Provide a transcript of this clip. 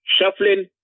shuffling